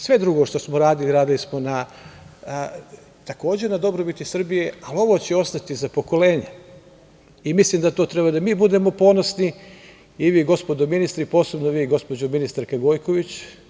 Sve drugo što smo radili, radili smo takođe na dobrobiti Srbije, ali ovo će ostati za pokolenja i mislim da na to treba da budemo ponosni i vi, gospodo ministri, posebno vi, gospođo ministarka Gojković.